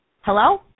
Hello